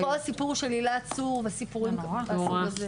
כן, אפרופו הסיפור של הילה צור וסיפורים אחרים.